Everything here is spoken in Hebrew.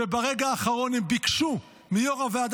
וברגע האחרון הם ביקשו מיו"ר הוועדה